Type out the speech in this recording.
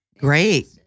Great